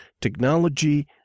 technology